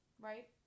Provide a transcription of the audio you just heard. Right